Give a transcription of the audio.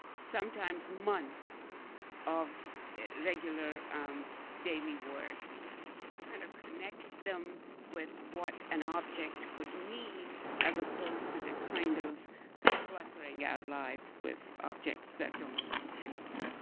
sometimes months of regular daily work. it kind of connects them with what an object could mean as opposed to the kind of ah cluttering our lives with objects that don't mean anything.